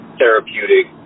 therapeutic